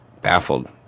baffled